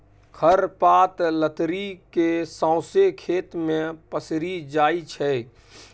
खर पात लतरि केँ सौंसे खेत मे पसरि जाइ छै